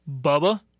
Bubba